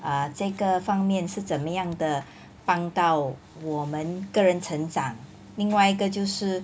uh 这个方面是怎么样的帮到我们个人成长另外一个就是